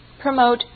promote